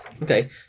Okay